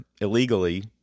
illegally